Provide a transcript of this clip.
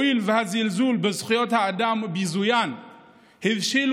הואיל והזלזול בזכויות האדם וביזוין הבשילו